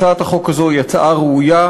הצעת החוק הזאת היא הצעה ראויה,